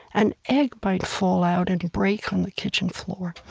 an egg might fall out and break on the kitchen floor.